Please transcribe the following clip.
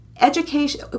education